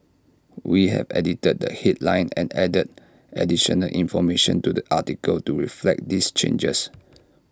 we have edited the headline and added additional information to the article to reflect these changes